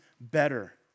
better